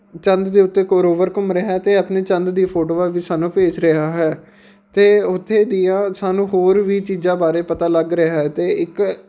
ਚੰਦ ਦੇ ਉੱਤੇ ਇੱਕ ਰੋਵਰ ਘੁੰਮ ਰਿਹਾ ਹੈ ਅਤੇ ਆਪਣੇ ਚੰਦ ਦੀ ਫੋਟੋਆਂ ਵੀ ਸਾਨੂੰ ਭੇਜ ਰਿਹਾ ਹੈ ਅਤੇ ਉੱਥੇ ਦੀਆਂ ਸਾਨੂੰ ਹੋਰ ਵੀ ਚੀਜ਼ਾਂ ਬਾਰੇ ਪਤਾ ਲੱਗ ਰਿਹਾ ਹੈ ਅਤੇ ਇੱਕ